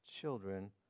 children